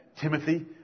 Timothy